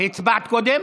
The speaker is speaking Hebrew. הצבעת קודם?